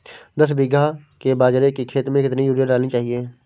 दस बीघा के बाजरे के खेत में कितनी यूरिया डालनी चाहिए?